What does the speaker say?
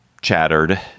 chattered